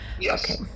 Yes